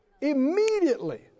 Immediately